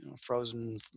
frozen